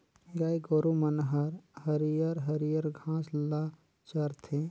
गाय गोरु मन हर हरियर हरियर घास ल चरथे